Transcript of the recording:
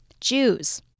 Jews